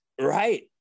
Right